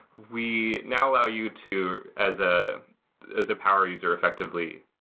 we now allow you to as ah as a power user effectively,